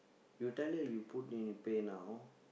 you tell her you put into Pay-Now